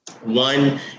one